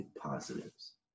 positives